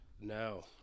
No